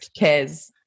Kez